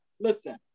listen